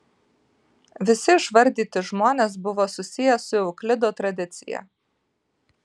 visi išvardyti žmonės buvo susiję su euklido tradicija